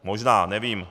Možná, nevím.